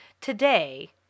today